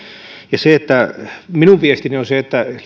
ja minun viestini on se että